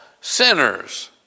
sinners